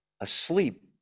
asleep